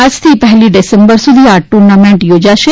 આજથી પહેલી ડિસેમ્બર સુધી આ ટુનાર્મેન્ટ યોજાશે